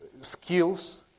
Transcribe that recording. skills